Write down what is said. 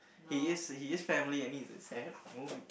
he is he is family I mean it's a sad movie